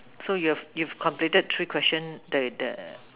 so you have you have completed three questions the the